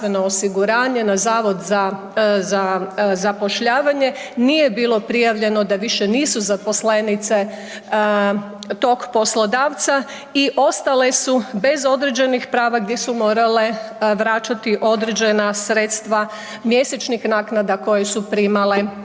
prijavljene na HZZO, na HZZ, nije bilo prijavljeno da više nisu zaposlenice tog poslodavca i ostale su bez određenih prava gdje su morale vraćati određena sredstva mjesečnih naknada koje su primale